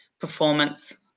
performance